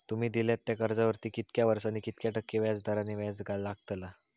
तुमि दिल्यात त्या कर्जावरती कितक्या वर्सानी कितक्या टक्के दराने व्याज लागतला?